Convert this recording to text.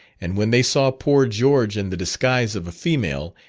and when they saw poor george in the disguise of a female,